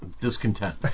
discontent